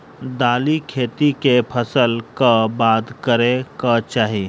दालि खेती केँ फसल कऽ बाद करै कऽ चाहि?